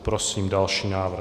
Prosím další návrh.